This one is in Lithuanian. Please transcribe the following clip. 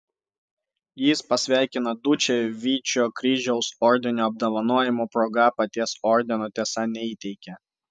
jis pasveikino dučę vyčio kryžiaus ordino apdovanojimo proga paties ordino tiesa neįteikė